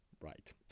Right